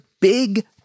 big